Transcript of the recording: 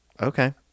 okay